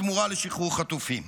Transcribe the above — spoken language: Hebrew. בתמורה לשחרור חטופים,